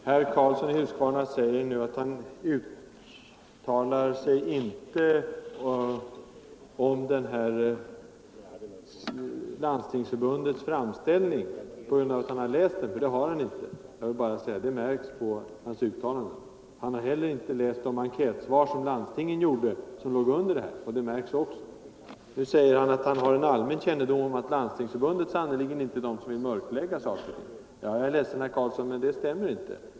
Herr talman! Herr Karlsson i Huskvarna sade att han inte yttrade sig om Landstingsförbundets framställning på grund av att han hade läst den, ty det hade han inte gjort. Det märktes på hans uttalande. Herr Karlsson har inte heller läst de enkätsvar från landstingen som låg till grund för framställningen, och det märktes också. Vidare sade herr Karlsson att han har en allmän kännedom om att Landstingsförbundet sannerligen inte vill mörklägga någonting. Jag är ledsen herr Karlsson, men det stämmer inte.